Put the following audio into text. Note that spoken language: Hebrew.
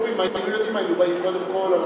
אומרים: אם היינו יודעים היינו באים קודם כול,